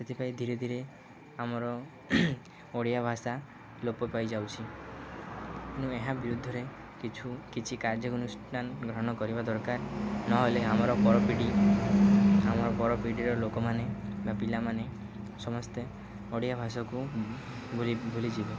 ସେଥିପାଇଁ ଧୀରେ ଧୀରେ ଆମର ଓଡ଼ିଆ ଭାଷା ଲୋପ ପାଇଯାଉଛି ତେଣୁ ଏହା ବିରୁଦ୍ଧରେ କିଛୁ କିଛି କାର୍ଯ୍ୟ ଅନୁଷ୍ଠାନ ଗ୍ରହଣ କରିବା ଦରକାର ନହେଲେ ଆମର ପରପିଢ଼ି ଆମର ପରପିଢ଼ିର ଲୋକମାନେ ବା ପିଲାମାନେ ସମସ୍ତେ ଓଡ଼ିଆ ଭାଷାକୁ ଭୁଲି ଭୁଲିଯିବେ